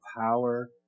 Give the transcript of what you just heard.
power